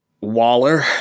Waller